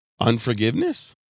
unforgiveness